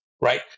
right